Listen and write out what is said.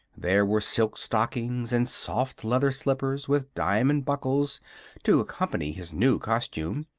there were silk stockings and soft leather slippers with diamond buckles to accompany his new costume,